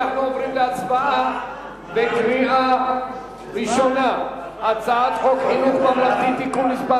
אנחנו עוברים להצבעה בקריאה ראשונה על הצעת חוק חינוך ממלכתי (תיקון מס'